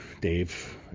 Dave